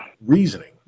reasoning